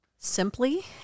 simply